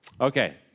Okay